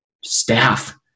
staff